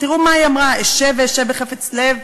תראו מה היא אמרה: אשב ואשב בחפץ לב,